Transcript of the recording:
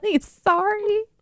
sorry